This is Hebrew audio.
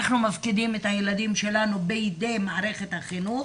אנחנו מפקידים את הילדים שלנו בידי מערכת החינוך.